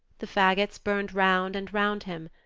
the fagots burned round and round him.